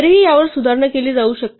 तरीही यावर सुधारणा केली जाऊ शकते